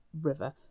river